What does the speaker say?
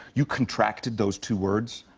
you contracted those two words.